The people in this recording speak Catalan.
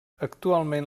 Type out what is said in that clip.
actualment